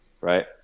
Right